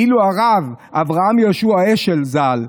ואילו הרב אברהם יהושע השל ז"ל,